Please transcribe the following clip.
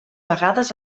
vegades